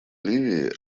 ливии